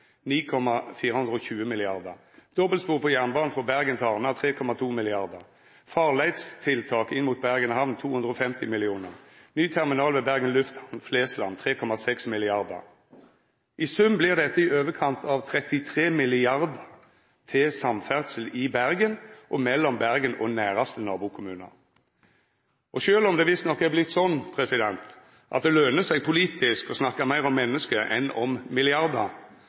9,420 mrd. kr dobbeltspor på jernbanen frå Bergen til Arna, 3,2 mrd. kr farleistiltak inn mot Bergen hamn, 250 mill. kr ny terminal ved Bergen lufthamn, Flesland, 3,6 mrd. kr. I sum vert dette i overkant av 33 mrd. kr til samferdsel i Bergen, og mellom Bergen og dei næraste nabokommunane. Sjølv om det visstnok er vorte sånn at det løner seg politisk å snakka meir om menneske enn om milliardar,